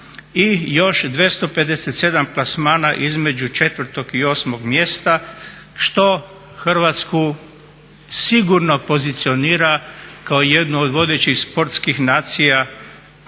i još 257 plasmana između 4 i 8 mjesta što Hrvatsku sigurno pozicionira kao jednu od vodećih sportskih nacija